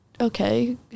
okay